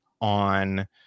on